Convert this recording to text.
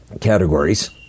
categories